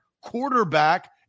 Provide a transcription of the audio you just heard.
quarterback